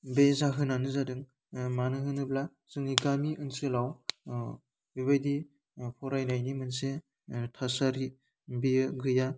बे जाहोनानो जादों ओह मानो होनोब्ला जोंनि गामि ओनसोलाव ओह बेबायदि ओह फरायनायनि मोनसे ओह थासारि बेयो गैया